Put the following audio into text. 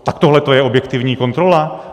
Tak tohleto je objektivní kontrola?